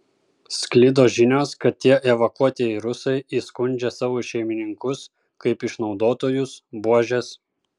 sklido žinios kad tie evakuotieji rusai įskundžia savo šeimininkus kaip išnaudotojus buožes